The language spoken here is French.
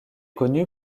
connu